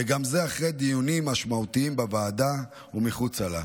וגם זה אחרי דיונים משמעותיים בוועדה ומחוצה לה,